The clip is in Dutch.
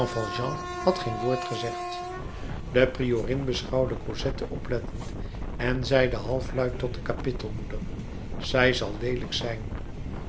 had geen woord gezegd de priorin beschouwde cosette oplettend en zeide halfluid tot de kapittelmoeder zij zal leelijk zijn